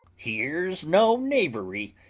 here's no knavery!